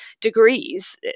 degrees